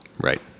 Right